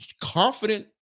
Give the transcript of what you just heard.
confident